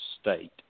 state